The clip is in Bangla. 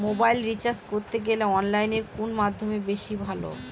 মোবাইলের রিচার্জ করতে গেলে অনলাইনে কোন মাধ্যম বেশি ভালো?